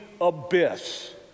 abyss